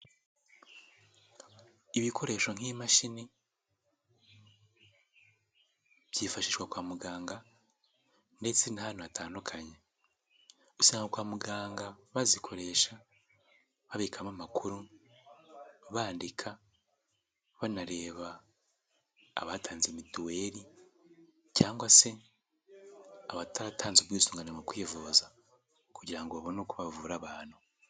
Ibikoresho nk'imashini byifashishwa kwa muganga ndetse n'ahantu hatandukanye, usanga kwa muganga bazikoresha babikamo amakuru, bandika, banareba abatanze mituweli cyangwa se abataratanze ubwisungane mu kwivuza kugira ngo babone uko bavura abantu.